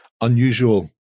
unusual